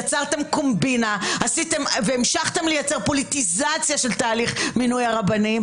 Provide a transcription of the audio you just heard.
יצרתם קומבינה והמשכתם לייצר פוליטיזציה של תהליך מינוי הרבנים,